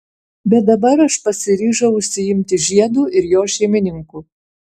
bet dabar aš pasiryžau užsiimti žiedu ir jo šeimininku